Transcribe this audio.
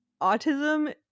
autism